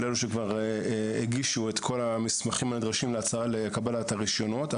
אלה שכבר הגישו את כל המסמכים הנדרשים לקבלת הרישיונות.